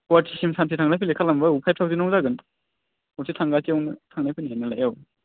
गुवाहाटीसिम थांलाय फैलाय खालामोबा फाइफ थावजेनावनो जागोन खनसे थांलाय थांलाय फैलायाव